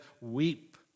weep